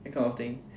that kind of thing